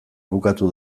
bukatu